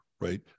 right